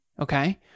okay